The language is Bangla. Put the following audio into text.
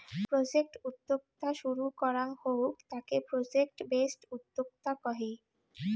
প্রজেক্ট উদ্যোক্তা শুরু করাঙ হউক তাকে প্রজেক্ট বেসড উদ্যোক্তা কহে